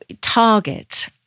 target